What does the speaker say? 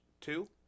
Two